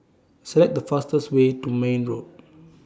Select The fastest Way to Mayne Road